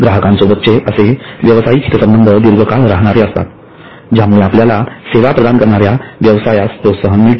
ग्राहकांसोबतचे असे व्यावसायिक हितसंबंध दीर्घकाळ राहणारे असतात ज्यामुळे आपल्या सेवा प्रदान करणाऱ्या व्यवसायास प्रोत्साहन मिळते